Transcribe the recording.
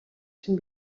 чинь